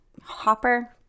Hopper